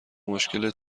مشکلت